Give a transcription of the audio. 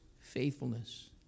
faithfulness